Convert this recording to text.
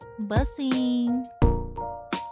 Bussing